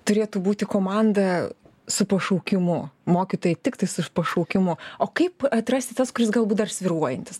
turėtų būti komanda su pašaukimu mokytojai tiktai su pašaukimu o kaip atrasti tas kuris galbūt dar svyruojantis